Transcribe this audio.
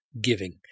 giving